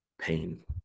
pain